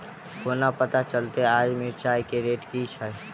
कोना पत्ता चलतै आय मिर्चाय केँ रेट की छै?